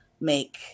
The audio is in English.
make